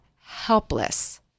helpless